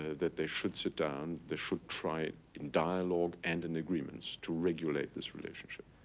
that they should sit down, they should try in dialogue and in agreements to regulate this relationship.